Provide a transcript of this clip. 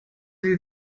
sie